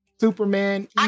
Superman